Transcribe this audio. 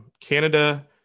Canada